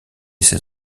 ses